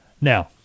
Now